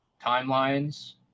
timelines